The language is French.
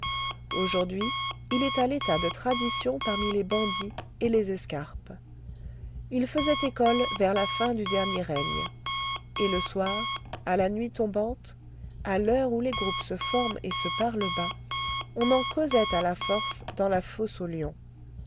aujourd'hui il est à l'état de tradition parmi les bandits et les escarpes il faisait école vers la fin du dernier règne et le soir à la nuit tombante à l'heure où les groupes se forment et se parlent bas on en causait à la force dans la fosse aux lions